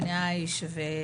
בני עיש.